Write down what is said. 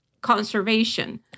conservation